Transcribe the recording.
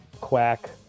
Quack